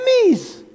enemies